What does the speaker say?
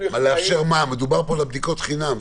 מדברים על בדיקות החינם,